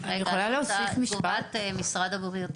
תגובת משרד הבריאות.